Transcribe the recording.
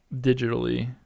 digitally